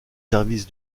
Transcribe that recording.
services